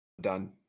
done